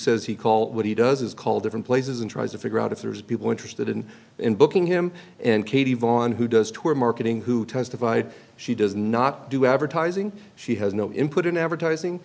says he called what he does is called different places and tries to figure out if there's people interested in him booking him and katie vonn who does tour marketing who testified she does not do advertising she has no input in advertising